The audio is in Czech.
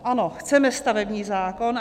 Ano, chceme stavební zákon.